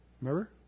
Remember